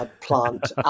plant